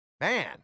Man